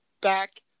Back